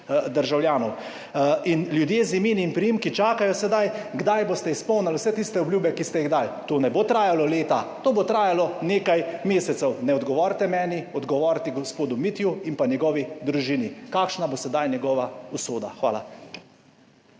državljanov. In ljudje z imeni in priimki sedaj čakajo, kdaj boste izpolnili vse tiste obljube, ki ste jih dali: »To ne bo trajalo leta, to bo trajalo nekaj mesecev.« Ne odgovorite meni, odgovorite gospodu Mitju in njegovi družini, kakšna bo sedaj njegova usoda. Hvala.